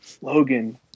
Logan